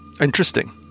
Interesting